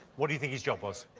what do you think his job was?